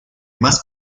más